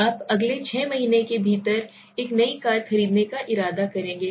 Dichotomous आप अगले छह महीनों के भीतर एक नई कार खरीदने का इरादा करेंगे